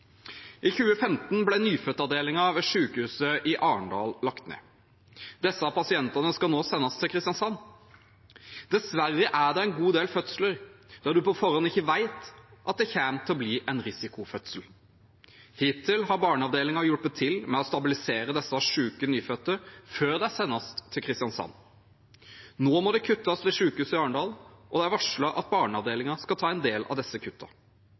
I 2015 ble nyfødtavdelingen ved sykehuset i Arendal lagt ned. Disse pasientene skal nå sendes til Kristiansand. Dessverre er det en god del fødsler der man på forhånd ikke vet at det kommer til å bli en risikofødsel. Hittil har barneavdelingen hjulpet til med å stabilisere disse syke nyfødte før de sendes til Kristiansand. Nå må det kuttes ved sykehuset i Arendal, og det er varslet at barneavdelingen skal ta en del av disse